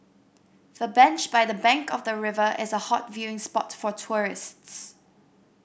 the bench by the bank of the river is a hot viewing spot for tourists